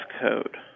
code